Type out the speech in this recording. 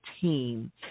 team